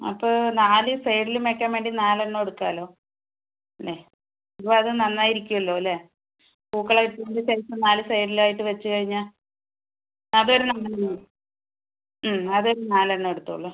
ആ അപ്പം നാല് സൈഡിലും വെക്കാൻ വേണ്ടി നാല് എണ്ണം എടുക്കാലോ അല്ലേ അപ്പം അത് നന്നായി ഇരിക്കും അല്ലോ അല്ലേ പൂക്കളം ഇട്ടതിൻ്റെ സൈഡില് നാല് സൈഡില് ആയിട്ട് വെച്ച് കഴിഞ്ഞാൽ അത് ഒര് നാലും മ് അത് ഒര് നാല് എണ്ണം എടുത്തോളൂ